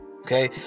Okay